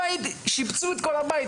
שיפצו את כל הבית.